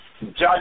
Judge